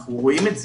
אנחנו רואים את זה.